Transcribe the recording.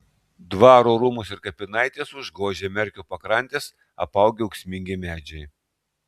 dvaro rūmus ir kapinaites užgožia merkio pakrantes apaugę ūksmingi medžiai